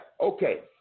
okay